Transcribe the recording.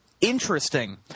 interesting